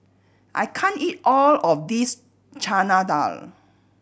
I can't eat all of this Chana Dal